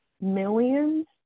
millions